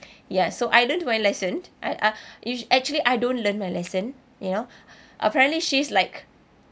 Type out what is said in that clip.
yes so I learned my lesson I uh actually I don't learn my lesson you know apparently she's like